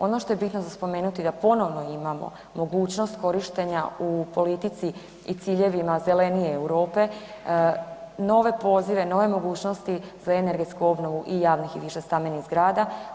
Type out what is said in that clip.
Ono što je bitno za spomenuti je da ponovno imamo mogućnost korištenja u politici i ciljevima zelenije Europe, nove pozive, nove mogućnosti za energetsku obnovu i javnih i višestambenih zgrada.